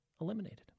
eliminated